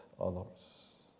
others